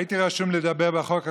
הייתי רשום לדבר בחוק הקודם,